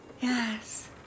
Yes